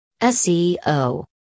SEO